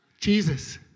Jesus